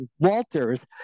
Walter's